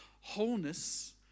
wholeness